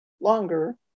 longer